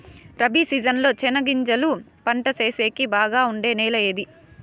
Rabi season లో చెనగగింజలు పంట సేసేకి బాగా ఉండే నెల ఏది?